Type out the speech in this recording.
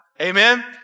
Amen